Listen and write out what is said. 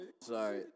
Sorry